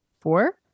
four